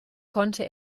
konnte